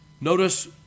Notice